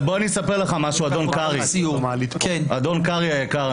אספר לך משהו, אדון קרעי היקר.